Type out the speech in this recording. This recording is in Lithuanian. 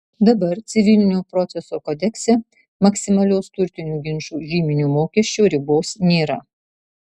dabar civilinio proceso kodekse maksimalios turtinių ginčų žyminio mokesčio ribos nėra